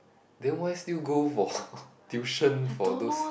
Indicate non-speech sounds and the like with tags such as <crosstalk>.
then why still go for <breath> tuition for those